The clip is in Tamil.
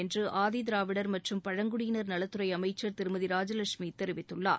என்று ஆதிதிராவிடர் மற்றும் பழங்குடியினர் நலத்துறை அமைச்சர் திருமதி ராஜலட்சுமி தெரிவித்துள்ளார்